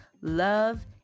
love